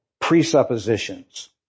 presuppositions